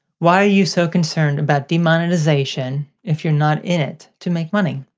why are you so concerned about demonetization if you're not in it to make money.